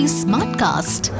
smartcast